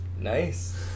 Nice